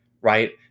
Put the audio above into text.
right